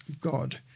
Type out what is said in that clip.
God